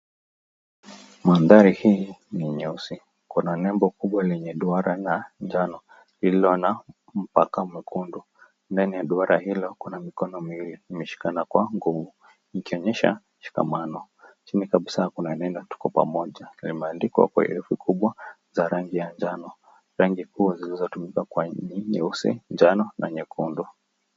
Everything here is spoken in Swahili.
Mandhari hii ni nyeusi. Kuna nembo kubwa lenye duara la njano lililo na mpaka mwekundu ndani ya duara hilo kuna mikono iliyoshikana kwa nguvu ikionyesha shikamano. Chini kabisa kuna neno 'Tuko Pamoja' na imeandikwa kwa herufi kubwa za rangi ya njano. Rangi kuu zilizotumika kwa hii ni nyeusi, njano na nyekundu.